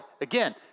Again